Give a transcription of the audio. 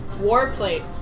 Warplate